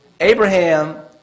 Abraham